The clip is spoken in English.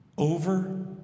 over